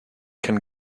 can